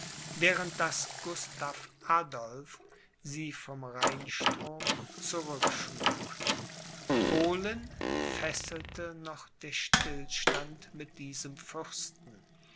während daß gustav adolph sie vom rheinstrom zurückschlug polen fesselte noch der stillstand mit diesem fürsten